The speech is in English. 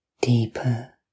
deeper